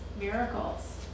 miracles